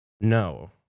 No